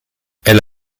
elle